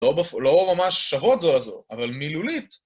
לא ממש שוות זו לזו, אבל מילולית